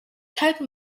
type